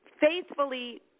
faithfully